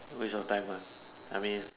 waste of time one I mean